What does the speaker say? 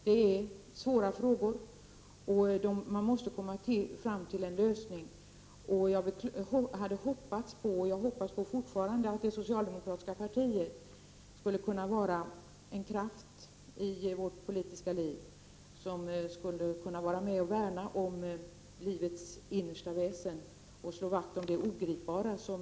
Detta är svåra frågor, och man måste komma fram till en lösning. Jag hade hoppats på, och jag hoppas fortfarande, att det socialdemokratiska partiet skulle kunna vara en kraft inom politiken som kunde vara med och värna om livets innersta väsen och slå vakt om det ogripbara.